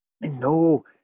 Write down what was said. No